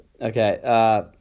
Okay